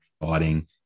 fighting